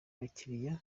abakiriya